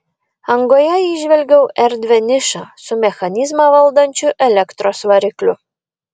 angoje įžvelgiau erdvią nišą su mechanizmą valdančiu elektros varikliu